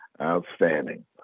Outstanding